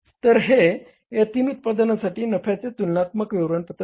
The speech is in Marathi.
तर हे या तीन उत्पादनांसाठी नफ्याचे तुलनात्मक विवरणपत्र आहे